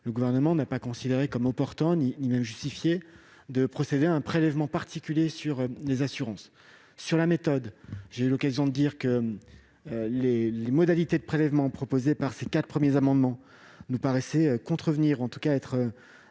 le Gouvernement n'a pas considéré comme opportun ni même justifié de procéder à un prélèvement particulier sur les assurances. Sur la méthode, j'ai eu l'occasion de dire que les modalités de prélèvement proposées par ces quatre premiers amendements nous paraissaient contrevenir, ou du moins